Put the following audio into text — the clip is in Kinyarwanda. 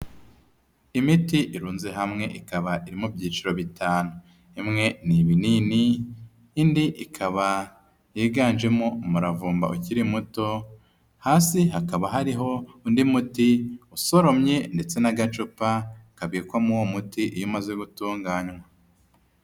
Imiti irunze hamwe ikaba iri mu byiciro bitanu, imwe ni ibinini, indi ikaba yiganjemo umuravumba ukiri muto, hasi hakaba hariho undi muti usoromye ndetse n'agacupa kabikwamo uwo muti iyo umaze gutunganywa.